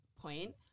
point